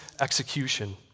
execution